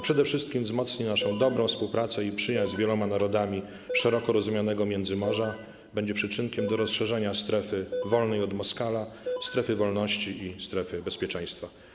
Przede wszystkim wzmocni to naszą dobrą współpracę i przyjaźń z wieloma narodami szeroko rozumianego Międzymorza i będzie przyczynkiem do rozszerzania strefy wolnej od Moskala, strefy wolności i strefy bezpieczeństwa.